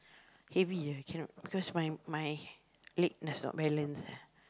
heavy I cannot my my my leg does not balance